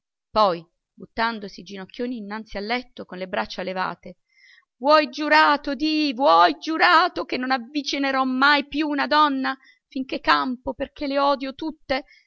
poi buttandosi ginocchioni innanzi al letto con le braccia levate vuoi giurato di vuoi giurato che non avvicinerò mai più una donna finché campo perché le odio tutte